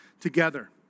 together